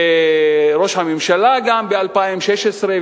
וגם ראש הממשלה יהיה ב-2016,